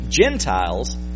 Gentiles